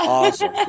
Awesome